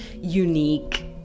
unique